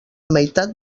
meitat